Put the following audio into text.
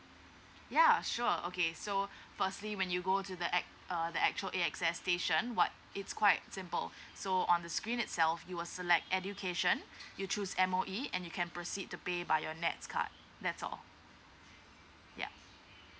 ya sure okay so firstly when you go to the act~ uh the actual a access station what it's quite simple so on the screen itself you will select education you choose M_O_E and you can proceed to pay by your nets card that's all yeah